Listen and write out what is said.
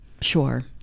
Sure